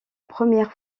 première